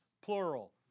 plural